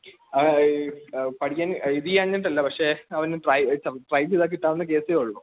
ആ ഈ പഠിക്കാൻ ഇത് ചെയ്യാഞ്ഞിട്ടല്ല പക്ഷേ അവന് ട്രൈ ചെയ്താല് കിട്ടാവുന്ന കേസെയുള്ളൂ